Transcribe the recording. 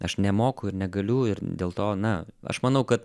aš nemoku ir negaliu ir dėl to na aš manau kad